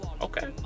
Okay